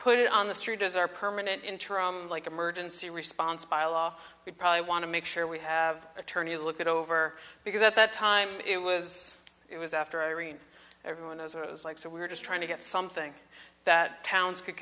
put it on the street as our permanent interim like emergency response bylaw would probably want to make sure we have attorney look it over because at that time it was it was after irene everyone knows it was like so we're just trying to get something that towns could